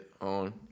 on